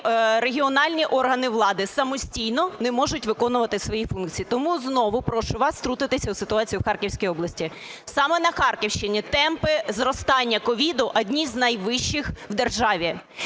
регіональні органи влади самостійно не можуть виконувати свої функції. Тому знову прошу вас втрутитися в ситуацію в Харківській області. Саме на Харківщині темпи зростання COVID одні з найвищих в державі.